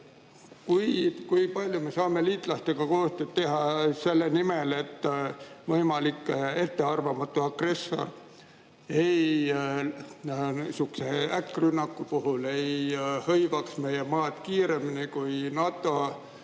kui palju me saame liitlastega koostööd teha selle nimel, et võimalik ettearvamatu agressor sihukese äkkrünnaku puhul ei hõivaks meie maad kiiremini, kui NATO